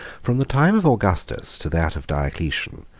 from the time of augustus to that of diocletian,